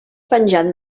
penjant